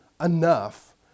enough